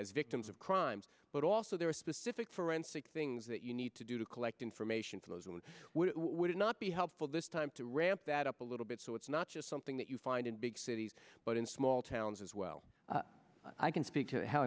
as victims of crimes but also there are specific forensic things that you need to do to collect information flows and what would it not be helpful this time to ramp that up a little bit so it's not just something that you find in big cities but in small towns as well i can speak to how